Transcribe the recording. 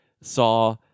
saw